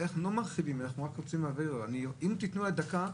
כל מה שאנחנו לא קוראים עכשיו זה דברים שהוקראו בדיון הקודם.